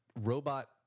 robot